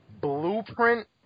Blueprint